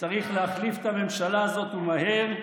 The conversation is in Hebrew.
צריך להחליף את הממשלה הזאת ומהר,